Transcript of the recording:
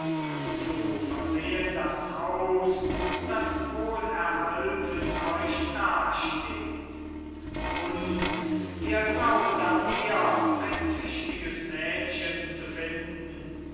zu versehen das haus das wohlerhalten euch dasteht und ihr glaubet an mir ein tüchtiges mädchen zu finden